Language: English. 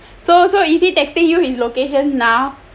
so is he texting you his location now